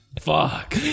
fuck